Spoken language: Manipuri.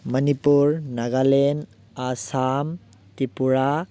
ꯃꯅꯤꯄꯨꯔ ꯅꯒꯥꯂꯦꯟ ꯑꯁꯥꯝ ꯇ꯭ꯔꯤꯄꯨꯔꯥ